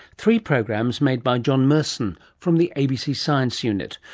three programs made by john merson, from the abc science unit,